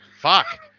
fuck